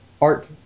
Art